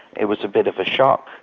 it was a bit of a shock.